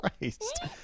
Christ